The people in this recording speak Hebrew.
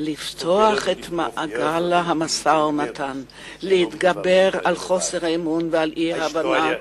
לפתוח את מעגל המשא-ומתן ולהתגבר על חוסר האמון ועל האי-הבנה.